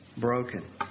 broken